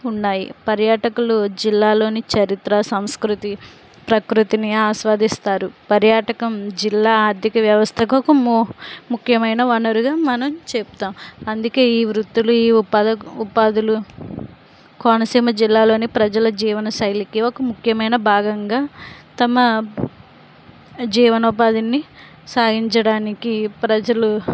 ఉన్నాయి పర్యాటకులు జిల్లాలోని చరిత్ర సంస్కృతి ప్రకృతిని ఆస్వాదిస్తారు పర్యాటకం జిల్లా ఆర్థిక వ్యవస్థకు ఒక ము ముఖ్యమైన వనరుగా మనం చెప్తాం అందుకే ఈ వృత్తులు ఈ ఉపా ఉపాధులు కోనసీమ జిల్లాలోని ప్రజల జీవన శైలికి ఒక ముఖ్యమైన భాగంగా తమ జీవనోపాధిని సాగించడానికి ప్రజలు